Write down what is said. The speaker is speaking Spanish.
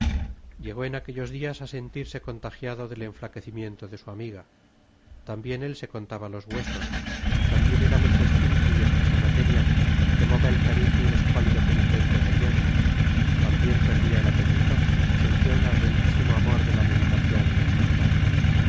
llegó en aquellos días a sentirse contagiado del enflaquecimiento de su amiga también él se contaba los huesos también era mucho espíritu y escasa materia y tomaba el cariz de un escuálido penitente del yermo también perdía el apetito y sentía un ardentísimo amor de la meditación y la soledad